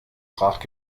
fracht